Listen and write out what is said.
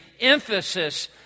emphasis